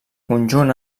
conjunt